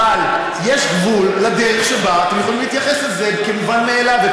אבל יש גבול לדרך שבה אתם יכולים להתייחס לזה כאל מובן מאליו,